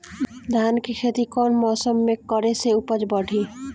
धान के खेती कौन मौसम में करे से उपज बढ़ी?